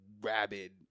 rabid